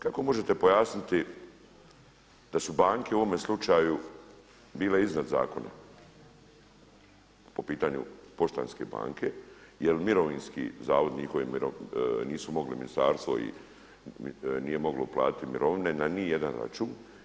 Kako možete pojasniti da su banke u ovome slučaju bile iznad zakona po pitanju Poštanske banke, jer Mirovinski zavod, nisu mogli ministarstvo nije moglo platiti mirovine ni na jedan račun.